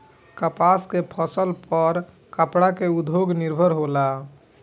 कपास के फसल पर कपड़ा के उद्योग निर्भर होला